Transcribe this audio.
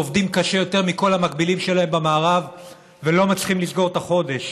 עובדים קשה יותר מכל המקבילים שלהם במערב ולא מצליחים לסגור את החודש.